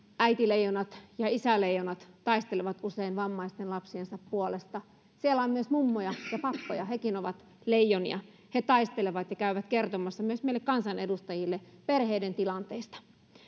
äitileijonat ja isäleijonat taistelevat usein vammaisten lapsiensa puolesta siellä on myös mummoja ja pappoja hekin ovat leijonia he taistelevat ja käyvät kertomassa myös meille kansanedustajille perheiden tilanteista